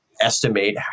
estimate